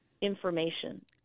information